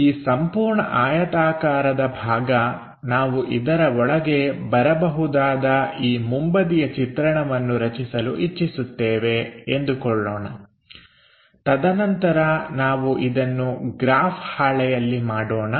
ಈ ಸಂಪೂರ್ಣ ಆಯತಾಕಾರದ ಭಾಗ ನಾವು ಇದರ ಒಳಗೆ ಬರಬಹುದಾದ ಈ ಮುಂಬದಿಯ ಚಿತ್ರಣವನ್ನು ರಚಿಸಲು ಇಚ್ಚಿಸುತ್ತೇವೆ ಎಂದುಕೊಳ್ಳೋಣ ತದನಂತರ ನಾವು ಇದನ್ನು ಗ್ರಾಫ್ ಹಾಳೆಯಲ್ಲಿ ಮಾಡೋಣ